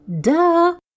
Duh